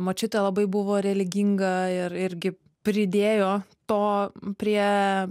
močiutė labai buvo religinga ir irgi pridėjo to prie